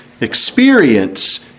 experience